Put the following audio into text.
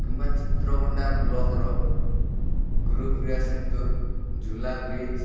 କିମ୍ବା ଚିତ୍ରକଣ୍ଡା ବ୍ଲକର ଗୁରୁପ୍ରିୟା ସେତୁ ଝୁଲା ବ୍ରିଜ୍